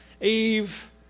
Eve